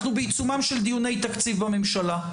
אנחנו בעיצומם של דיוני תקציב בממשלה.